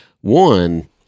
one